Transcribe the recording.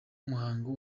muhango